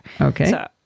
Okay